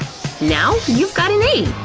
now you've got an a!